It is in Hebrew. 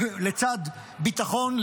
לצד ביטחון,